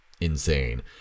insane